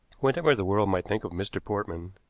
whatever the world might think of mr. portman,